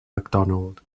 mcdonald